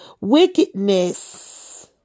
wickedness